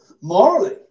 morally